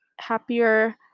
Happier